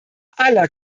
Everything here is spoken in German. aller